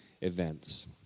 events